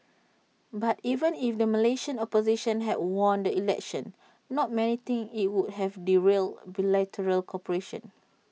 but even if the Malaysian opposition had won the election not many think IT would have derailed bilateral cooperation